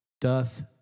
doth